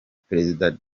perezida